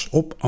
op